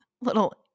little